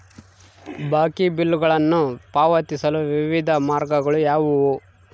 ಬಾಕಿ ಬಿಲ್ಗಳನ್ನು ಪಾವತಿಸಲು ವಿವಿಧ ಮಾರ್ಗಗಳು ಯಾವುವು?